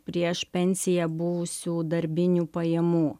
prieš pensiją buvusių darbinių pajamų